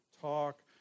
talk